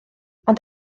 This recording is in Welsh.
ond